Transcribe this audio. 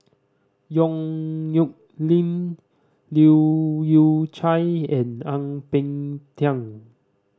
Yong Nyuk Lin Leu Yew Chye and Ang Peng Tiam